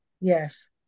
yes